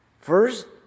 First